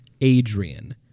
Adrian